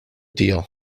deal